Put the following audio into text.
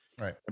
right